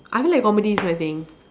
I feel like comedies is my thing